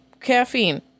Caffeine